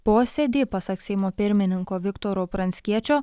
posėdį pasak seimo pirmininko viktoro pranckiečio